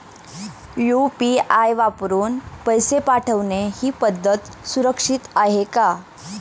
UPI वापरून पैसे पाठवणे ही पद्धत सुरक्षित आहे का?